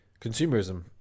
consumerism